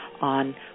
on